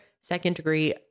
second-degree